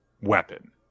weapon